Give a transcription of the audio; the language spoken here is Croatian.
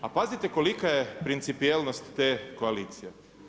A pazite kolika je principijelnost te koalicije.